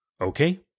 Okay